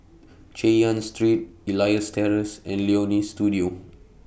Chay Yan Street Elias Terrace and Leonie Studio